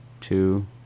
two